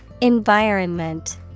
Environment